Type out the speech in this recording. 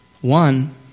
one